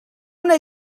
una